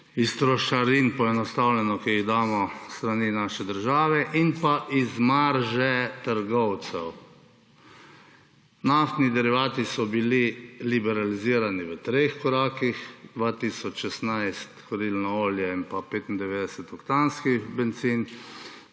poenostavljeno, ki jih damo s strani naše države, in pa iz marže trgovcev. Naftni derivati so bili liberalizirani v treh korakih, 2016 kurilno olje in pa 95-oktanski bencin,